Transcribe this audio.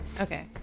Okay